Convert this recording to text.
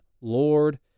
lord